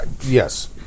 Yes